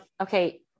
okay